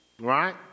Right